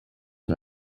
and